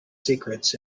secrets